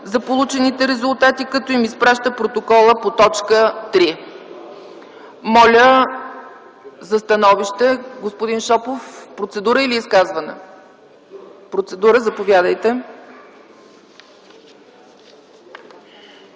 за получените резултати, като им изпраща протокола по т. 3.” Моля за становище. Господин Шопов, процедура или изказване? Заповядайте